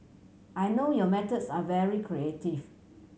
I know your methods are very creative